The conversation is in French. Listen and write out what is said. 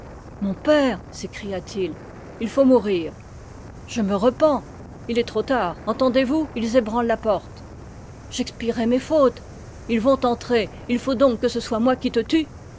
mon père s'écria-t-il il faut mourir je me repens il est trop tard entendez-vous ils ébranlent la porte j'expierai mes fautes ils vont entrer il faut donc que ce soit moi qui te tue